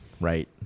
right